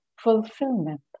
fulfillment